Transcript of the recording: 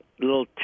little